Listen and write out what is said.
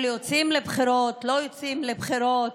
יוצאים לבחירות או לא יוצאים לבחירות,